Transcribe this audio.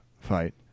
fight